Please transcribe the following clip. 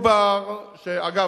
אגב,